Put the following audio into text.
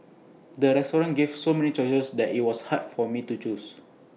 the restaurant gave so many choices that IT was hard for me to choose